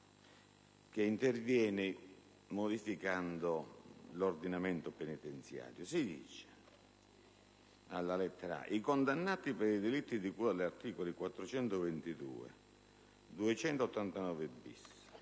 che interviene modificando l'ordinamento penitenziario. Si dice, alla lettera *a)*, che «i condannati per i delitti di cui agli articoli 422, 289-*bis*,